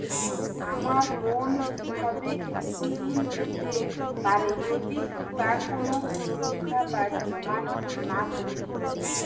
আমার বোন কীভাবে কৃষি ঋণ পেতে পারে যদি তার কোনো সুরক্ষা বা জামানত না থাকে?